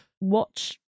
watch